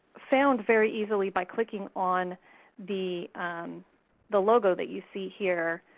found very easily by clicking on the um the logo that you see here.